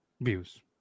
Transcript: views